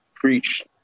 preached